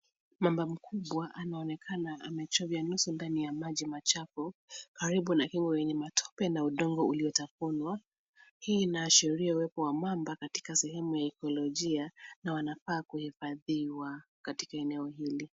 Mamba mkubwa anaonekana amechovya nusu ndani ya maji machafu, karibu na kingo yenye matope na udongo uliotafunwa. Hii inaashiria uwepo wa mamba katika sehemu ya ekolojia na wanafaa kuhifadhiwa katika eneo hili.